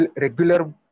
regular